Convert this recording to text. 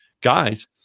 guys